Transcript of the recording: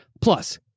Plus